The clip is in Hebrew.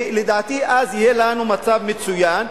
לדעתי אז יהיה לנו מצב מצוין,